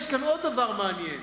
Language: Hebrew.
יש כאן עוד דבר מעניין.